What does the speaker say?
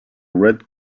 red